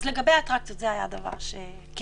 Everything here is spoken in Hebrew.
לגבי האטרקציות, גם